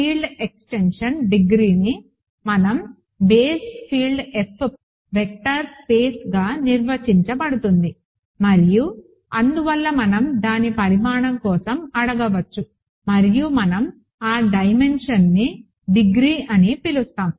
field extension డిగ్రీని మనం base field Fపై వెక్టార్ స్పేస్గా నిర్వచించబడుతుంది మరియు అందువల్ల మనం దాని పరిమాణం కోసం అడగవచ్చు మరియు మనం ఆ డైమెన్షన్ని డిగ్రీ అని పిలుస్తాము